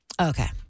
Okay